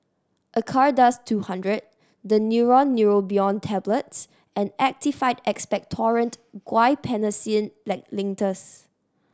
Acardust two hundred Daneuron Neurobion Tablets and Actified Expectorant Guaiphenesin Like Linctus